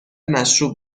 مشروب